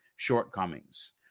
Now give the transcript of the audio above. shortcomings